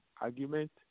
argument